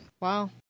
Wow